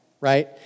right